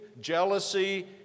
jealousy